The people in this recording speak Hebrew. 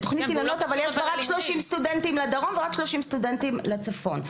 אבל בתוכנית אילנות יש רק 30 סטודנטים לדרום ורק 30 סטודנטים לצפון.